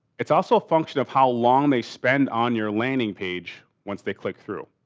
it's also a function of how long they spend on your landing page once they click through.